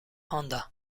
honda